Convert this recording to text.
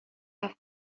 have